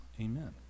Amen